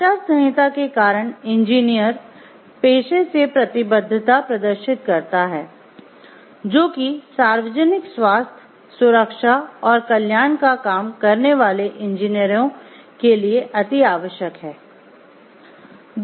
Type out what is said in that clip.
आचार संहिता के कारण इंजीनियर पेशे से प्रतिबद्धता प्रदर्शित करता है जो कि सार्वजनिक स्वास्थ्य सुरक्षा और कल्याण का काम करने वाले इंजीनियरों के लिए अति आवश्यक है